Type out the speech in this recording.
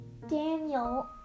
Daniel